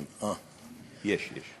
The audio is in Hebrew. יש.